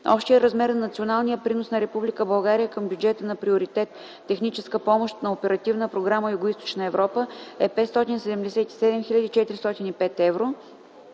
Общият размер на националния принос на Република България към бюджета на приоритет „Техническа помощ” на Оперативна програма „Югоизточна Европа” е 577 хил. 405 евро,